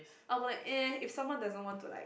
I'll be like !eh! if someone doesn't want to like